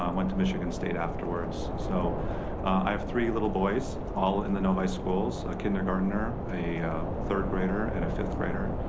um went to michigan state afterwards. so i have three little boys, all in the novi schools. a kindergartner, a third grader and a fifth grader.